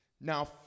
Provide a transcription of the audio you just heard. Now